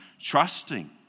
trusting